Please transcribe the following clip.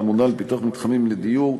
האמונה על פיתוח מתחמים לדיור,